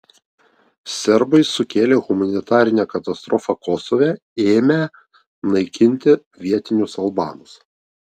serbai sukėlė humanitarinę katastrofą kosove ėmę naikinti vietinius albanus